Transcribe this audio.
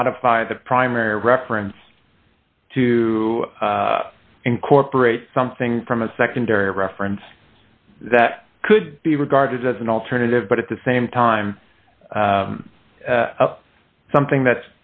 modify the primary reference to incorporate something from a secondary reference that could be regarded as an alternative but at the same time something that